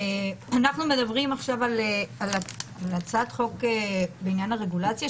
אנחנו מדברים עכשיו על הצעת חוק בעניין הרגולציה,